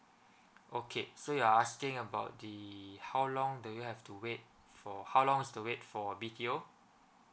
okay so you're asking about the how long do you have to wait for how long is the wait for B_T_O